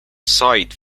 site